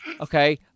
Okay